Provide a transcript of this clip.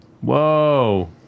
Whoa